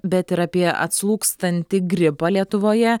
bet ir apie atslūgstantį gripą lietuvoje